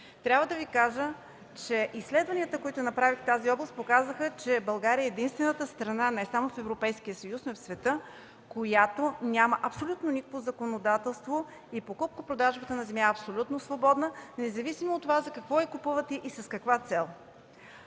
Трябва да Ви кажа, че изследванията, които направих в тази област, показаха, че България е единствената страна не само в Европейския съюз, но и в света, която няма абсолютно никакво законодателство и покупко-продажбата на земя е абсолютно свободна, независимо от това за какво я купуват и с каква цел.